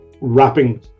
wrapping